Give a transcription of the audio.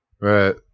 Right